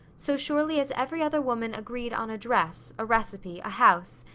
so surely as every other woman agreed on a dress, a recipe, a house,